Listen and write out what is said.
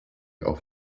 auf